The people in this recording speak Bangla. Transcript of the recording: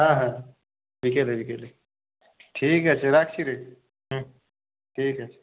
হ্যাঁ হ্যাঁ বিকেলে বিকেলে ঠিক আছে রাখছি রে হুম ঠিক আছে